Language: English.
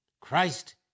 Christ